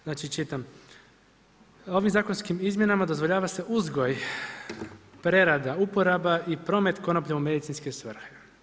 Znači čitam: ovim zakonskim izmjenama dozvoljava se uzgoj, prerada, uporaba i promet konoplje u medicinske svrhe.